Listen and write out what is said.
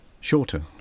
shorter